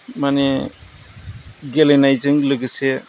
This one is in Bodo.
माने गेलेनायजों लोगोसे